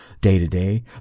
day-to-day